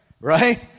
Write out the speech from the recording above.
Right